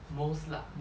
most lah